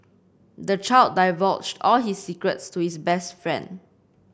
the child divulged all his secrets to his best friend